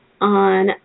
on